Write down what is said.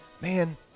man